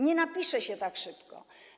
Nie napisze się tak szybko.